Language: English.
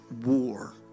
war